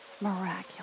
miraculous